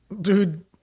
dude